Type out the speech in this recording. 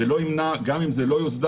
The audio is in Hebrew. גם אם זה לא יוסדר,